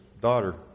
daughter